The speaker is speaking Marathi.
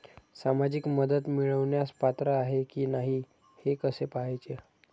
सामाजिक मदत मिळवण्यास पात्र आहे की नाही हे कसे पाहायचे?